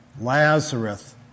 Lazarus